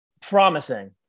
Promising